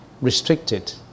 restricted